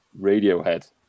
Radiohead